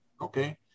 Okay